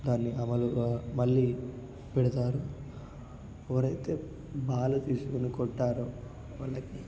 దాన్ని మళ్ళీ పెడతారు ఎవరైతే బాల్ తీసుకుని కొడతారో వాళ్ళకి